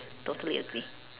totally agree